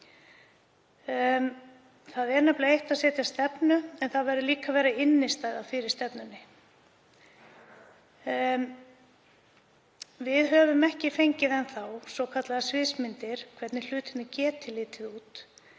Það er nefnilega eitt að setja stefnu en það verður líka að vera innstæða fyrir stefnunni. Við höfum ekki enn fengið svokallaðar sviðsmyndir, hvernig hlutirnir geti litið út,